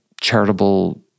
charitable